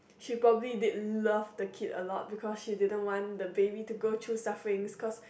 she probably did love the kid a lot because she didn't want the baby to go through sufferings because